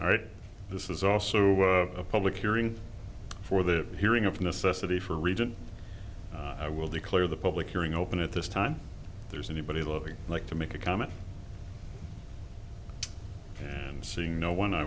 all right this is also a public hearing for the hearing of necessity for reagent i will declare the public hearing open at this time there's anybody looking like to make a comment and seeing no one i